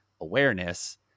awareness